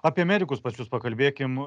apie medikus pas jus pakalbėkim